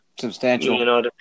Substantial